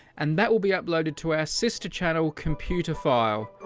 and that will be uploaded to our sister channel, computerphile.